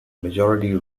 majority